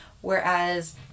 whereas